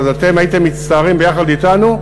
אז אתם הייתם מצטערים יחד אתנו,